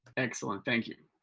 excellent. thank you.